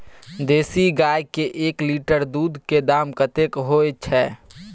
देसी गाय के एक लीटर दूध के दाम कतेक होय छै?